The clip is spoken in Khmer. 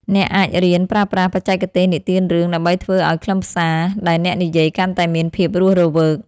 អ្នកអាចរៀនប្រើប្រាស់បច្ចេកទេសនិទានរឿង ដើម្បីធ្វើឱ្យខ្លឹមសារដែលអ្នកនិយាយកាន់តែមានភាពរស់រវើក។